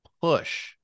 push